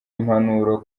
impanuro